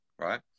Right